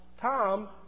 Tom